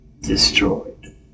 destroyed